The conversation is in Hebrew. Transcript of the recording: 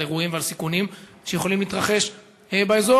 על אירועים ועל סיכונים שיכולים להתרחש באזור,